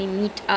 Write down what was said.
mm